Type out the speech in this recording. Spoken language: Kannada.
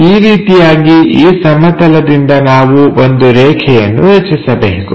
ಈ ರೀತಿಯಾಗಿ ಈ ಸಮತಲದಲ್ಲಿ ನಾವು ಒಂದು ರೇಖೆಯನ್ನು ರಚಿಸಬೇಕು